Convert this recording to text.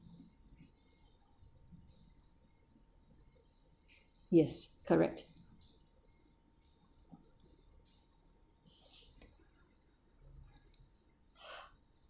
yes correct